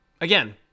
again